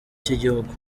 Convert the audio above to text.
cy’igihugu